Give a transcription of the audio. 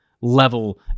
level